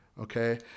okay